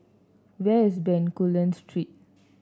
where is Bencoolen Street